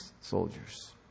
soldiers